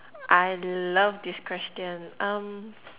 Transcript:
I love this question um